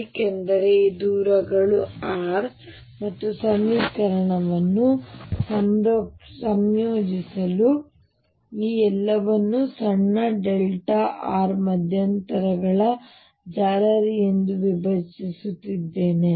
ಏಕೆಂದರೆ ಈ ದೂರಗಳು r ಮತ್ತು ಸಮೀಕರಣವನ್ನು ಸಂಯೋಜಿಸಲು ಈ ಎಲ್ಲವನ್ನು ಸಣ್ಣr ಮಧ್ಯಂತರಗಳ ಜಾಲರಿ ಎಂದು ವಿಭಜಿಸುತ್ತಿದ್ದೇನೆ